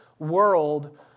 World